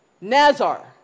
Nazar